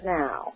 now